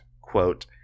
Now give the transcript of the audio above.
quote